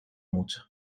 mucho